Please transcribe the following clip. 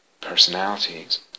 personalities